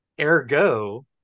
ergo